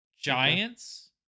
Giants